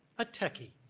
a techie.